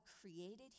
created